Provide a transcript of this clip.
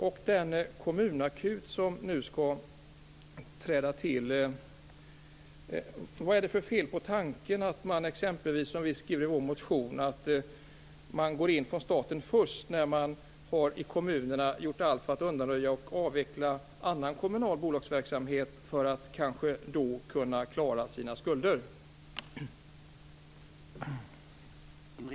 När det gäller den kommunakut som nu skall träda till undrar jag: Vad är det för fel på tanken att staten, som vi skriver i vår motion, går in först när man i kommunerna har gjort allt för att undanröja och avveckla annan kommunal bolagsverksamhet i syfte att klara sina skulder?